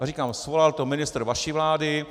Já říkám, svolal to ministr vaší vlády.